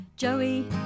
Joey